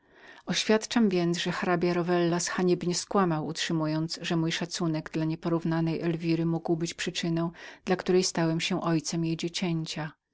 oświadczam więc że hrabia rowellas haniebnie skłamał utrzymując że mój szacunek dla nieporównanej elwiry mógł być przyczyną dla której stałem się ojcem jego dziecięcia